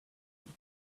tank